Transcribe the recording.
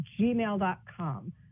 gmail.com